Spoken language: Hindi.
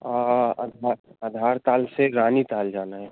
अधारताल से रानीताल जाना है